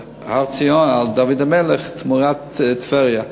הר-ציון, על דוד המלך, תמורת טבריה.